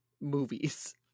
movies